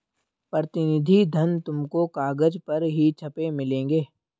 प्रतिनिधि धन तुमको कागज पर ही छपे मिलेंगे